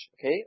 okay